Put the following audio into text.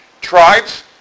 Tribes